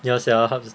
ya sia